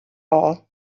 all